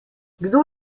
kdo